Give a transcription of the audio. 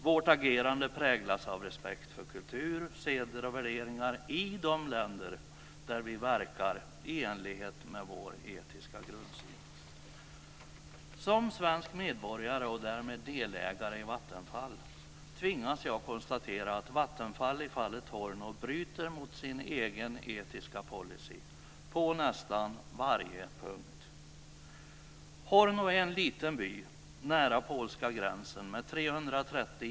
Vårt agerande präglas av respekt för kultur, seder och värderingar i de länder där vi verkar i enlighet med vår etiska grundsyn. Som svensk medborgare, och därmed delägare i Vattenfall, tvingas jag konstatera att Vattenfall i fallet Horno går emot sin egen etiska policy på nästan varje punkt.